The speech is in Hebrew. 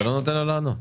אתה לא נותן לו לענות.